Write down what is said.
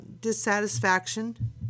dissatisfaction